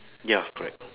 ya correct